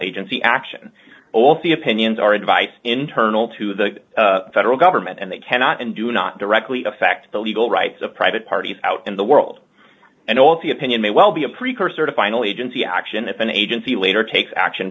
agency action or the opinions are advice internal to the federal government and they cannot and do not directly affect the legal rights of private parties out in the world and all the opinion may well be a precursor to finally agency action if an agency later takes action